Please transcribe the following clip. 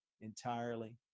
entirely